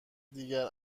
دیگر